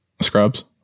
scrubs